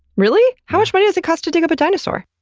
really? how much money does it cost to dig up a dinosaur?